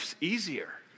easier